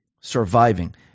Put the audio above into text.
surviving